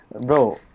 Bro